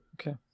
Okay